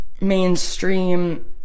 mainstream